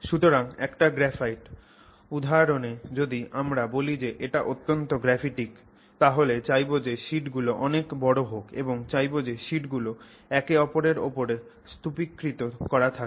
সুতরাং একটা গ্রাফাইট উদাহরনে যদি আমরা বলি যে এটা অত্যন্ত গ্রাফিটিক তাহলে চাইবো যে শিট গুলো অনেক বড় হোক এবং চাইবো যে শিটগুলো একে অপরের উপরে স্তুপীকৃত করা থাকে